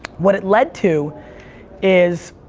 what it led to is